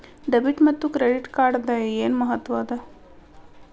Debit ಮತ್ತ credit ಕಾರ್ಡದ್ ಏನ್ ಮಹತ್ವ ಅದ?